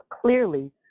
clearly